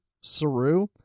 Saru